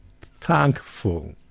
thankful